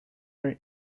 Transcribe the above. ray